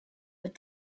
but